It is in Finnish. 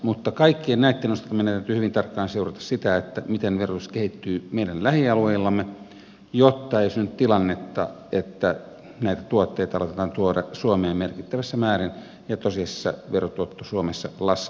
mutta kaikkien näitten osalta meidän täytyy hyvin tarkkaan seurata sitä miten verotus kehittyy meidän lähialueillamme jotta ei synny tilannetta että näitä tuotteita aletaan tuoda suomeen merkittävässä määrin ja tosiasiassa verotuotto suomessa laskee